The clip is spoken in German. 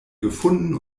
gefunden